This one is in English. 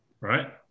right